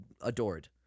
adored